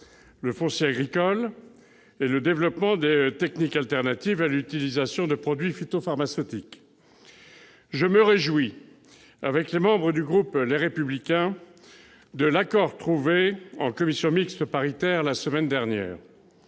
le foncier agricole et le développement de techniques alternatives à l'utilisation des produits phytopharmaceutiques. Je me réjouis, avec les membres du groupe Les Républicains, de l'accord trouvé en commission mixte paritaire la semaine dernière.